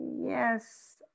yes